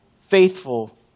faithful